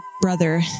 brother